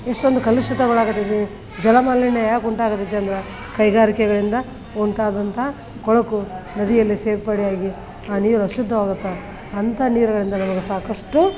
ಎಷ್ಟೊಂದು ಕಲುಷಿತಗೊಳ್ಳಾಕತಿತಿ ಜಲಮಾಲಿನ್ಯ ಯಾಕೆ ಉಂಟಾಗತೈತಿ ಅಂದ್ರೆ ಕೈಗಾರಿಕೆಗಳಿಂದ ಉಂಟಾದಂಥ ಕೊಳಕು ನದಿಯಲ್ಲಿ ಸೇರ್ಪಡೆಯಾಗಿ ಆ ನೀರು ಅಶುದ್ಧವಾಗುತ್ತೆ ಅಂಥ ನೀರುಗಳಿಂದ ನಮಗೆ ಸಾಕಷ್ಟು